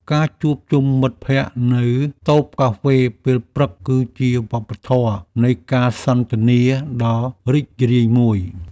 ការជួបជុំមិត្តភក្តិនៅតូបកាហ្វេពេលព្រឹក គឺជាវប្បធម៌នៃការសន្ទនាដ៏រីករាយមួយ។